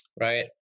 right